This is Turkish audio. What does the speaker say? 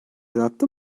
yarattı